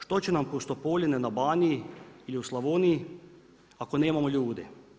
Što će nam pustopoljine na Baniji ili u Slavoniji ako nemamo ljude?